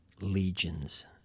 legions